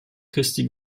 christi